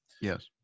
Yes